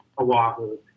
Oahu